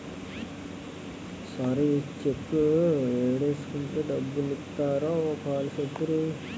sir ఈ cheque ఏడేసుకుంటే డబ్బులిత్తారో ఓ పాలి సెప్పరూ